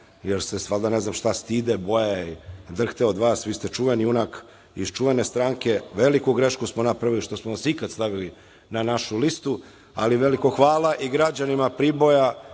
jer se valjda stide, boje, drhte od vas. Vi ste čuveni junak iz čuvene stranke. Veliku grešku smo napravili što smo vas ikada stavili na našu listu, ali veliko hvala i građanima Priboja